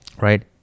right